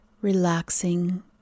relaxing